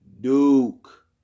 Duke